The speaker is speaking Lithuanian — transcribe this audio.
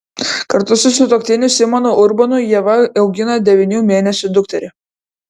kartu su sutuoktiniu simonu urbonu ieva augina devynių mėnesių dukterį